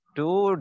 two